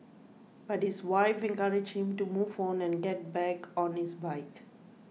but his wife encouraged him to move on and get back on his bike